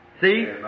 See